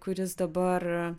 kuris dabar